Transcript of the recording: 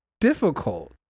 difficult